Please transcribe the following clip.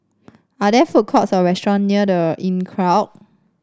are there food courts or restaurant near The Inncrowd